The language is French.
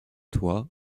toi